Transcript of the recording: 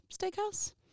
Steakhouse